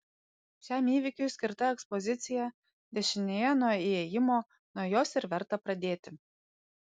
šiam įvykiui skirta ekspozicija dešinėje nuo įėjimo nuo jos ir verta pradėti